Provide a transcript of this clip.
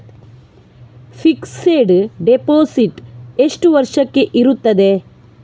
Fixed deposit ಎಷ್ಟು ವರ್ಷಕ್ಕೆ ಇರುತ್ತದೆ?